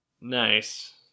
Nice